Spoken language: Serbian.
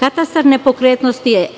Katastar nepokretnosti je